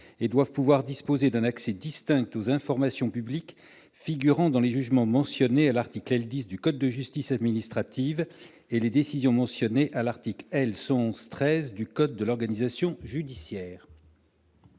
Ils doivent pouvoir disposer d'un accès distinct aux informations publiques figurant dans les jugements mentionnés à l'article L. 10 du code de justice administrative et dans les décisions mentionnées à l'article L. 111-13 du code de l'organisation judiciaire.